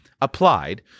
applied